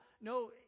no